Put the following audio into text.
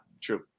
true